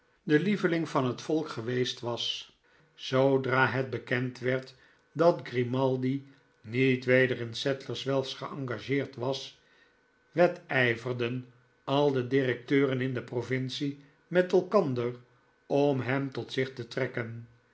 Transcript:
de lieveling van het volk geweest was zoodra het bekend werd dat grimaldi niet weder in sadlers wells geengageerd was wedijverden al de directeuren in de provincie met elkander om hem tot zich te trekken